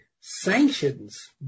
sanctions